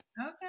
Okay